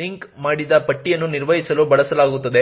link ಮಾಡಿದ ಪಟ್ಟಿಯನ್ನು ನಿರ್ವಹಿಸಲು ಬಳಸಲಾಗುತ್ತದೆ